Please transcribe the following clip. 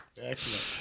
Excellent